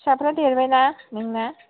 फिसाफ्रा देरबाय ना नोंना